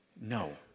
No